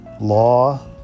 law